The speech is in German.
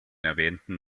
erwähnten